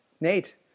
nate